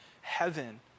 heaven